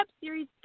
Series